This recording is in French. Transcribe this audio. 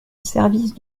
service